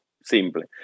simple